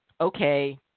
okay